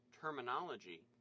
terminology